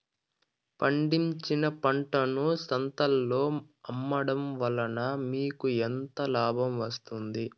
పండించిన పంటను సంతలలో అమ్మడం వలన మీకు ఎంత లాభం వస్తుంది?